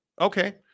Okay